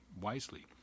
wisely